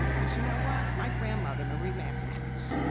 but you know what? my grandmother, marie mcintosh,